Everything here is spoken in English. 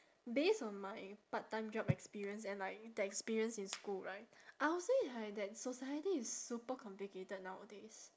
based on my part time job experience and like the experience in school right I would say right that society is super complicated nowadays